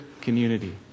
community